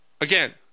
again